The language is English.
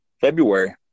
February